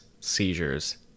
seizures